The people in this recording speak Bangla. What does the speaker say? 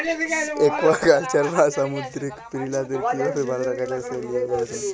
একুয়াকালচার বা সামুদ্দিরিক পিরালিদের কিভাবে ভাল রাখা যায় সে লিয়ে গবেসলা